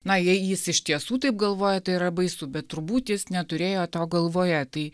na jei jis iš tiesų taip galvoja tai yra baisu bet turbūt jis neturėjo to galvoje tai